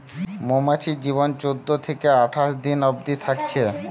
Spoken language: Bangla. মৌমাছির জীবন চোদ্দ থিকে আঠাশ দিন অবদি থাকছে